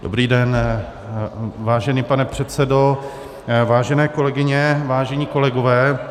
Dobrý den, vážený pane předsedo, vážené kolegyně, vážení kolegové.